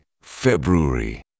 February